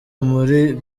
muri